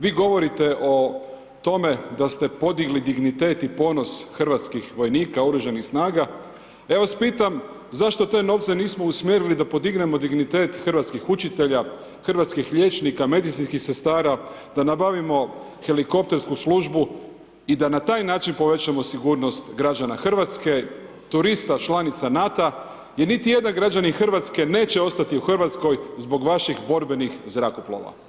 Vi govorite o tome da ste podigli dignitet i ponos hrvatskih vojnika oružanih snaga, ja vas pitam zašto te novce nismo usmjerili da podignemo dignitet hrvatskih učitelja, hrvatskih liječnika, medicinskih sestara, da nabavimo helikoptersku službu i da na taj način povećamo sigurnost građana RH, turista, članica NATO-a, i niti jedan građanin RH neće ostati u RH zbog vaših borbenih zrakoplova.